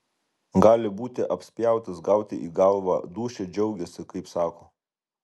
gali būti apspjautas gauti į galvą dūšia džiaugiasi kaip sako